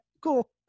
cool